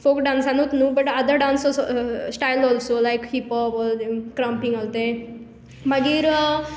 folk डान्सानूच न्हय but other dance also style also like hip hop krumping ते मागीर